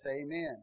amen